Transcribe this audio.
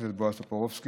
חבר הכנסת בועז טופורובסקי.